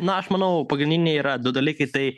na aš manau pagrindiniai yra du dalykai tai